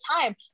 time